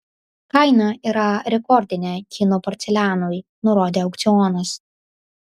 kaina yra rekordinė kinų porcelianui nurodė aukcionas